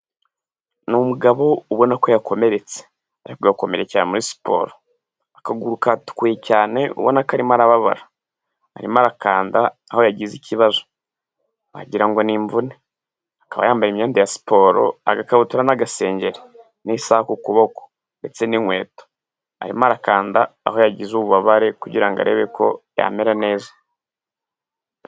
Ni umugabo ubona ko yakomeretse. Ariko agakomerekera muri siporo. Akaguru katukuye cyane, ubona ko arimo arababara. Arimo arakanda aho yagize ikibazo. Wagira ngo ni imvune. Akaba yambaye imyenda ya siporo, agakabutura n'agasengeri n'isaha ku kuboko. Ndetse n'inkweto. Arimo arakanda aho yagize ububabare kugira ngo arebe ko yamera neza.